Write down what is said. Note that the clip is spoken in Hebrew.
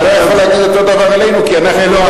אתה לא יכול להגיד אותו הדבר עלינו כי אנחנו לא,